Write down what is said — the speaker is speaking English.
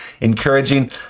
encouraging